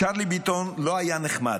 צ'רלי ביטון לא היה נחמד,